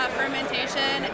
fermentation